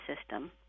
system